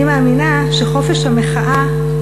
אני מאמינה שחופש המחאה,